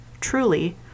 truly